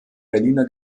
berliner